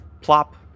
plop